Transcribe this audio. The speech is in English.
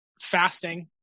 fasting